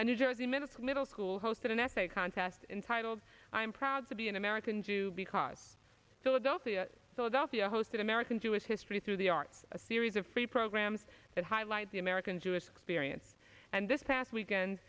a new jersey minister middle school hosted an essay contest entitled i'm proud to be an american jew because philadelphia philadelphia hosted american jewish history through the arts a series of free programs that highlight the american jewish period and this past weekend